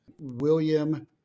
William